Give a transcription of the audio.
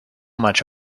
much